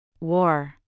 War